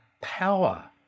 power